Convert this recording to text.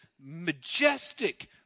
majestic